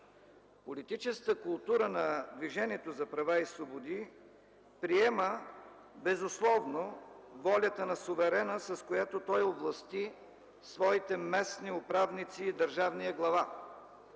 Политическата култура на Движението за права и свободи приема безусловно волята на суверена, с която той овласти своите местни управници и държавния глава.